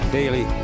daily